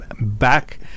back